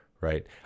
right